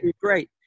great